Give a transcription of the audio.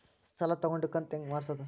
ಸಾಲ ತಗೊಂಡು ಕಂತ ಹೆಂಗ್ ಮಾಡ್ಸೋದು?